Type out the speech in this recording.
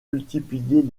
multiplier